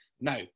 Now